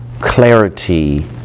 clarity